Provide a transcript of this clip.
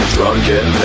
Drunken